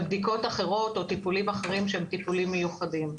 ובדיקות אחרות או טיפולים אחרים שהם טיפולים מיוחדים.